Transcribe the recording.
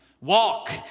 Walk